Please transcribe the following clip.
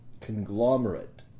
conglomerate